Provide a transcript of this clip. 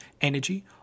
energy